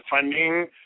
funding